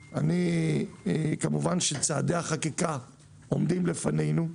כמובן, צעדי החקיקה עומדים לפנינו,